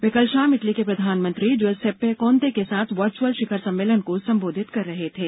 वे कल शाम इटली के प्रधानमंत्री ज्युसेप्पे कोंते के साथ वर्चअल शिखर सम्मेलन को संबोधित कर रहे थे